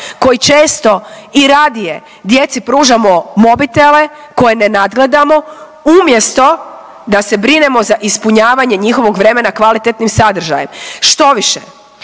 koji često i radije djeci pružamo mobitele koje ne nadgledamo umjesto da se brinemo za ispunjavanje njihovog vremena kvalitetnim sadržajem. Štoviše,